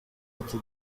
ati